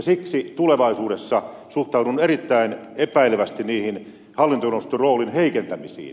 siksi tulevaisuudessa suhtaudun erittäin epäilevästi hallintoneuvoston roolin heikentämiseen